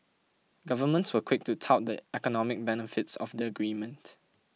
governments were quick to tout the economic benefits of the agreement